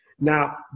Now